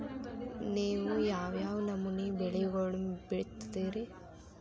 ನೇವು ಯಾವ್ ಯಾವ್ ನಮೂನಿ ಬೆಳಿಗೊಳನ್ನ ಬಿತ್ತತಿರಿ?